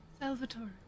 Salvatore